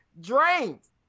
drains